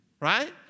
Right